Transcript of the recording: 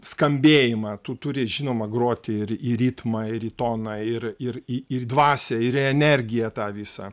skambėjimą tu turi žinoma groti ir į ritmą ir į toną ir ir į ir dvasią ir į energiją tą visą